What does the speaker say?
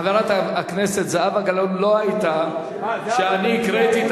חברת הכנסת זהבה גלאון לא היתה כשהקראתי את